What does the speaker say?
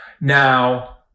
Now